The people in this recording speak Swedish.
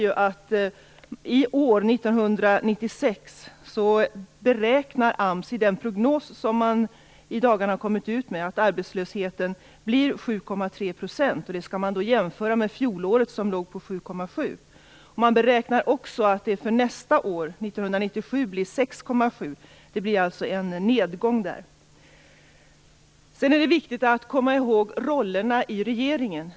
I den prognos som AMS i dagarna kommit ut med beräknar man att arbetslösheten i år blir 7,3 %. Det skall man jämföra med fjolårets siffra som var 7,7 % Man beräknar att siffran för nästa år blir 6,7 %, dvs. en nedgång. Det är viktigt att komma ihåg rollerna i regeringen.